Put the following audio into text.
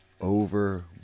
over